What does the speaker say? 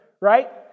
right